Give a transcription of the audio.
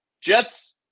Jets